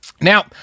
Now